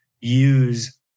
use